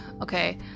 Okay